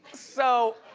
so